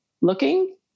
looking